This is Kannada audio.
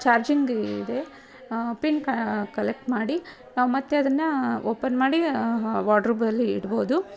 ಚಾರ್ಜಿಂಗೀದು ಪಿನ್ ಕಲೆಕ್ಟ್ ಮಾಡಿ ನಾವು ಮತ್ತೆ ಅದನ್ನು ಓಪನ್ ಮಾಡಿ ವಾಡ್ರೋಬಲ್ಲಿ ಇಡ್ಬೋದು